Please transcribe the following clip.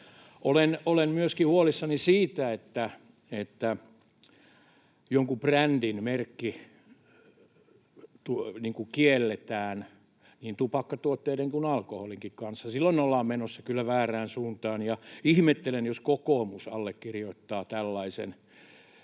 Olen myöskin huolissani siitä, että jonkun brändin merkki kielletään niin tupakkatuotteiden kuin alkoholinkin kanssa. Silloin ollaan menossa kyllä väärään suuntaan. Ja ihmettelen, jos kokoomus allekirjoittaa tällaisen